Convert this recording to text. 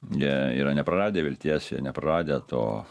jie yra nepraradę vilties jie nepraradę to